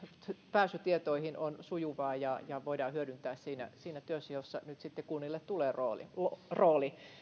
pääsy tietoihin on sujuvaa ja tietoa voidaan hyödyntää siinä siinä työssä jossa nyt sitten kunnille tulee rooli rooli